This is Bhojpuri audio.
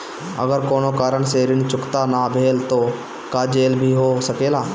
अगर कौनो कारण से ऋण चुकता न भेल तो का जेल भी हो सकेला?